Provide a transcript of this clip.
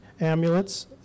amulets